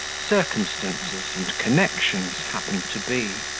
circumstances, and connections happened to be.